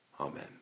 Amen